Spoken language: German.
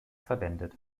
verwendet